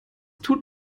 tut